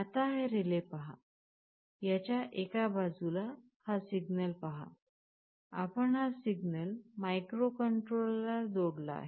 आता हा रिले पहा ह्याच्या एका बाजूला हा सिग्नल पहा आपण हा सिग्नल मायक्रोकंट्रोलरला जोडला आहे